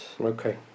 Okay